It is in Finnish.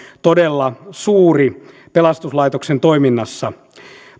todella suuri pelastuslaitoksen toiminnassa